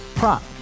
Prop